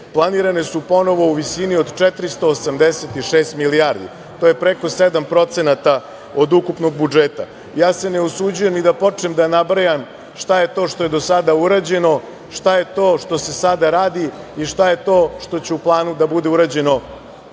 planirane su ponovo u visini od 486 milijardi. To je preko sedam procenata od ukupnog budžeta. Ne usuđujem se ni da počnem da nabrajam šta je to što je do sada urađeno, šta je to što se sada radi i šta je to što će u planu da bude urađeno